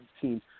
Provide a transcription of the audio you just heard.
team